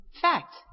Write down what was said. Fact